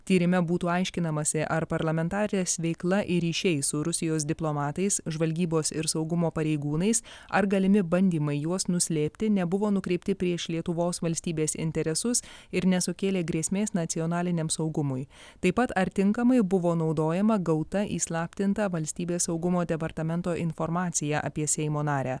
tyrime būtų aiškinamasi ar parlamentarės veikla ir ryšiai su rusijos diplomatais žvalgybos ir saugumo pareigūnais ar galimi bandymai juos nuslėpti nebuvo nukreipti prieš lietuvos valstybės interesus ir nesukėlė grėsmės nacionaliniam saugumui taip pat ar tinkamai buvo naudojama gauta įslaptinta valstybės saugumo departamento informacija apie seimo narę